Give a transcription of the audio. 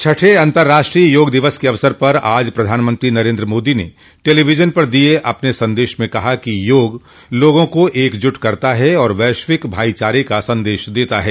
छठे अंतर्राष्ट्रीय योग दिवस के अवसर पर आज प्रधानमंत्री नरेन्द्र मोदी ने टेलीविजन पर दिये अपने संदेश में कहा कि योग लोगों को एकजुट करता है और वैश्विक भाइचारे का संदेश देता है